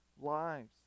lives